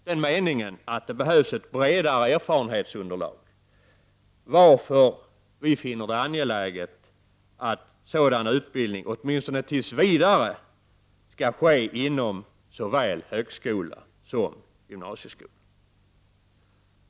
Det behövs ett bredare erfarenhetsunderlag, varför vi finner det angeläget att sådan utbildning åtminstone tills vidare skall ske inom såväl högskola som gymnasieskola.